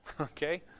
okay